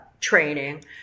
training